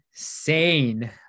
Sane